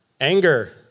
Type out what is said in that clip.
Anger